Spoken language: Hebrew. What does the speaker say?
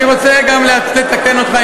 ואני רוצה גם לתקן אותך,